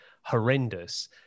horrendous